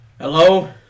Hello